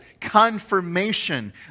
confirmation